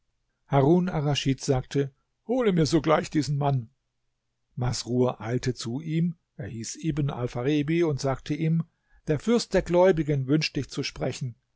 harun arraschid sagte hole mir sogleich diesen mann masrur eilte zu ihm er hieß ibn alpharebi und sagte ihm der fürst der gläubigen wünscht dich zu sprechen